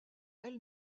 elle